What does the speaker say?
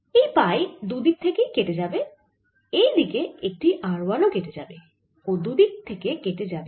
এই পাই দুই দিক থেকে কেটে যাবে এই দিকে একটি r 1 ও কেটে যাবে